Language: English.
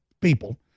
people